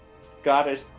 Scottish